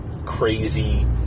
Crazy